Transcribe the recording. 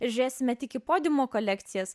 žiūrėsime tik į podiumo kolekcijas